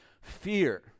fear